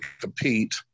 compete